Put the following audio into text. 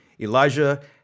Elijah